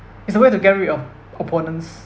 is a way to get rid of opponents